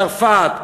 צרפת,